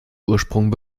ursprung